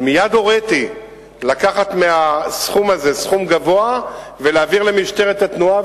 מייד הוריתי לקחת מהסכום הזה סכום גבוה ולהעביר למשטרת התנועה.